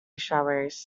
strawberries